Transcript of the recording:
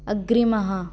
अग्रिमः